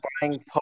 buying